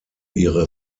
ihre